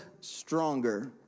stronger